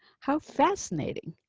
how fascinating.